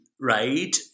right